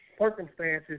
circumstances